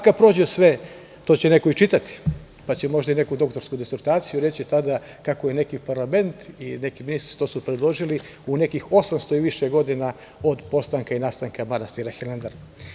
Kada prođe sve, to će neko i čitati, pa će možda i neku doktorsku disertaciju reći tada kako je neki parlament i kako su neki ministri to predložili u nekih 800 i više godina od postanka i nastanka manastira Hilandar.